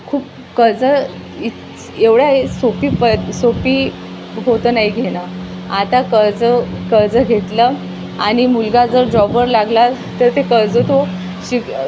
खूप कर्ज इ एवढ्या सोपी प सोपी होतं नाही घेणं आता कर्ज कर्ज घेतलं आणि मुलगा जर जॉबवर लागला तर ते कर्ज तो शिक